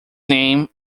name